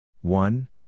One